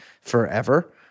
forever